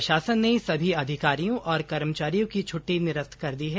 प्रशासन ने सभी अधिकारियों और कर्मचारियों की छुट्टी निरस्त कर दी है